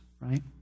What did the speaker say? right